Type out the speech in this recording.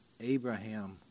Abraham